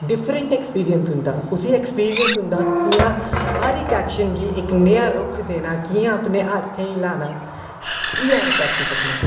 different experience होंदा उसी experience होंदा कियां हर इक्क एक्शन गी इक्क नया रुख देना कियां अपने हत्थ गी ल्हाना इ'यै अस आक्खी सकने